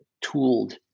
tooled